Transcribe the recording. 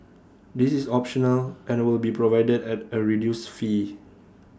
this is optional and will be provided at A reduced fee